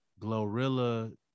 Glorilla